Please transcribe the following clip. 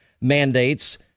mandates